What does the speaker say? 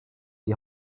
die